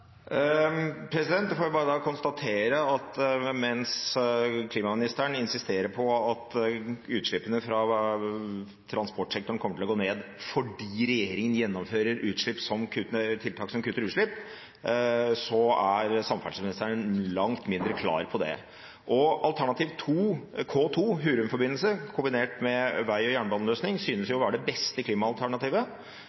får da bare konstatere at mens klimaministeren insisterer på at utslippene fra transportsektoren kommer til å gå ned fordi regjeringen gjennomfører tiltak som kutter utslipp, er samferdselsministeren langt mindre klar når det gjelder dette. Alternativ 2 – K2 Hurumforbindelsen kombinert med vei- og jernbaneløsning – synes